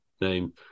name